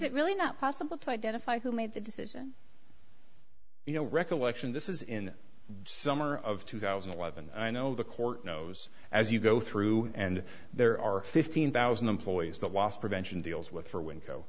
it really not possible to identify who made the decision you know recollection this is in the summer of two thousand and eleven i know the court knows as you go through and there are fifteen thousand employees the loss prevention deals with her w